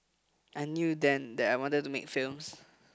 I knew then that I wanted to make films